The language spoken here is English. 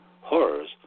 Horrors